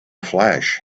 flash